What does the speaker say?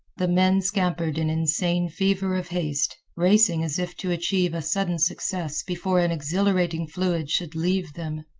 the men scampered in insane fever of haste, racing as if to achieve a sudden success before an exhilarating fluid should leave them.